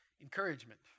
encouragement